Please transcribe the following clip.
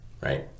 right